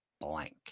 blank